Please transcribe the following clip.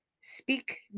Speak